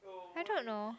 I don't know